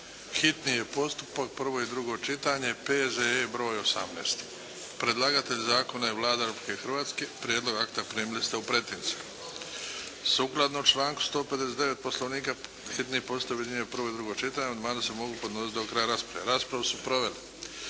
hitni postupak, prvo i drugo čitanje, P.Z.E. br. 18 Predlagatelj zakona je Vlada Republike Hrvatske. Prijedlog akta primili ste u pretince. Sukladno članku 159. poslovnika hitni postupak objedinjuje prvo i drugo čitanje. Amandmani se mogu podnositi do kraja rasprave. Raspravu su proveli